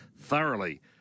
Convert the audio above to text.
thoroughly